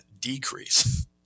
decrease